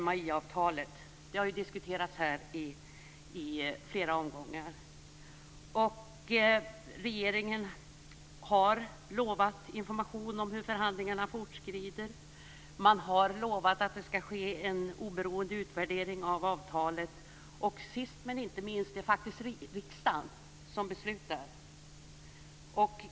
MAI-avtalet har diskuterats här i flera omgångar. Regeringen har lovat information om hur förhandlingarna fortskrider. Man har också lovat att det skall ske en oberoende utvärdering av avtalet. Sist men inte minst är det faktiskt riksdagen som beslutar.